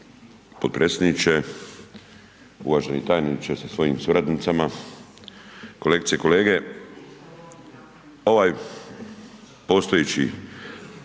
Potpredsjedniče, uvaženi tajniče sa svojim suradnicama, kolegice i kolege, ovaj postojeći